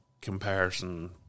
comparison